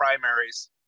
primaries